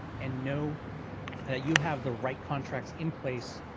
and know that you have the right contracts in place,